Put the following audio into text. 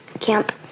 camp